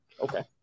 Okay